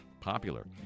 popular